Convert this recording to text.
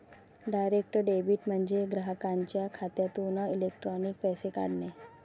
direct debit म्हणजे ग्राहकाच्या खात्यातून इलेक्ट्रॉनिक पैसे काढणे